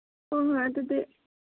ꯍꯣꯏ ꯍꯣꯏ ꯑꯗꯨꯗꯤ